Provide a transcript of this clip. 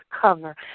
cover